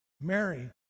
Mary